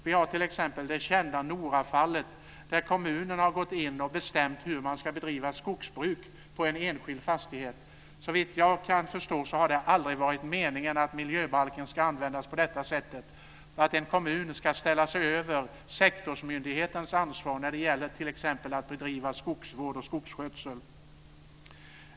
Vi har t.ex. det kända Norafallet, där kommunen har gått in och bestämt hur man ska bedriva skogsbruk på en enskild fastighet. Såvitt jag kan förstå har det aldrig varit meningen att miljöbalken ska användas på detta sätt att en kommun ska ställa sig över sektorsmyndighetens ansvar när det gäller t.ex. att bedriva skogsvård och skogsskötsel.